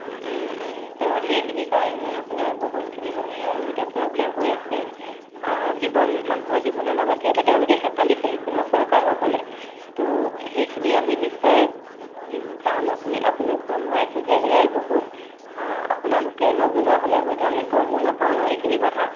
তো সেইখিনি কাৰণেই আপোনাৰ বহুতখিনি মানে আৰু এতিয়া প্ৰব্লেম হৈ আছে জীৱন মানুহৰ জীৱনৰ লগত যিহেতু তেওঁলোকে হেতালি খেলিছে ন' চৰকাৰসকলে তো সেইখিনি আমি নিশ্চয় যাম আপুনি আপুনি জনাইছে যে সেয়াই বহুত আপোনালোকে নজনোৱা হ'লে হয়তো আমি গমো নাপাওঁ ন' এইখিনি কথা